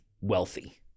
wealthy